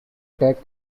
tech